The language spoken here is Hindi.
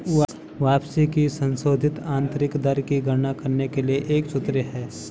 वापसी की संशोधित आंतरिक दर की गणना करने के लिए एक सूत्र है